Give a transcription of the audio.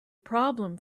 problem